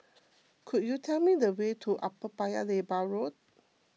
could you tell me the way to Upper Paya Lebar Road